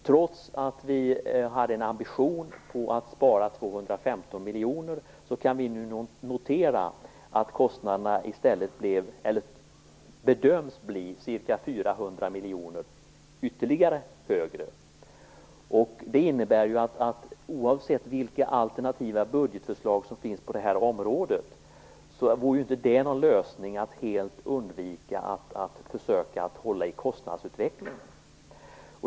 Trots att vi hade ambitionen att spara 215 miljoner kan vi notera att kostnaderna i stället bedöms bli ca 400 miljoner högre. Oavsett vilka alternativa budgetförslag som finns på detta område är det inte någon lösning att helt undvika att försöka hålla i kostnadsutvecklingen.